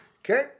okay